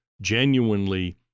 genuinely